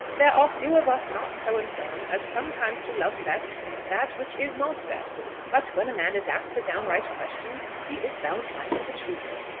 there are few of us not so infirm as sometimes to love best that which is not best. but when a man is asked a downright question, he is bound to answer the truth.